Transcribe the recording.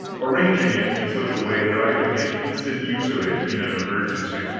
arranging it in such a way that i could make instant use of it in an emergency.